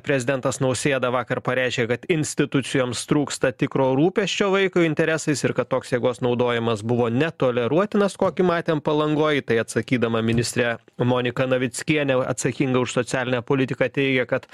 prezidentas nausėda vakar pareiškė kad institucijoms trūksta tikro rūpesčio vaiko interesais ir kad toks jėgos naudojimas buvo netoleruotinas kokį matėm palangoj tai atsakydama ministrė monika navickienė atsakinga už socialinę politiką teigia kad